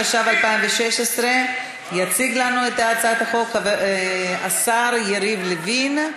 התשע"ו 2016. יציג לנו את הצעת החוק השר יריב לוין.